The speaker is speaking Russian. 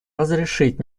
разрешить